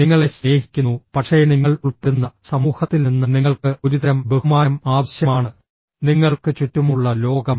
നിങ്ങളെ സ്നേഹിക്കുന്നു പക്ഷേ നിങ്ങൾ ഉൾപ്പെടുന്ന സമൂഹത്തിൽ നിന്ന് നിങ്ങൾക്ക് ഒരുതരം ബഹുമാനം ആവശ്യമാണ് നിങ്ങൾക്ക് ചുറ്റുമുള്ള ലോകം